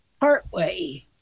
partway